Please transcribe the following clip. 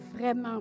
vraiment